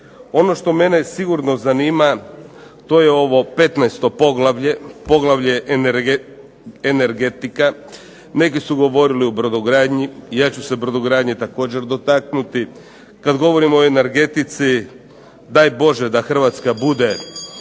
Ono što mene sigurno zanima to je ovo 15. poglavlje, poglavlje Energetika, neki su govorili o brodogradnji, ja ću se brodogradnje također dotaknuti. Kada govorimo o energetici, daj Bože da Hrvatska bude